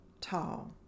tall